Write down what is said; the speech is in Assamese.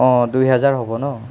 দুই হেজাৰ হ'ব ন